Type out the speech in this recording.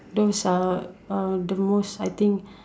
those are uh the most I think